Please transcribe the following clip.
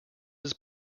his